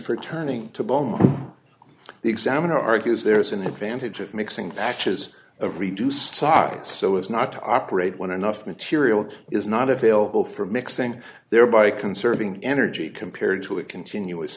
turning to bone the examiner argues there is an advantage of mixing batches of reduced size so as not to operate when enough material is not available for mixing thereby conserving energy compared to a continuous